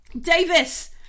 Davis